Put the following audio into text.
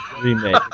remake